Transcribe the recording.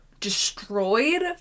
destroyed